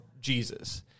Jesus